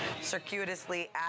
circuitously